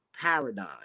paradigm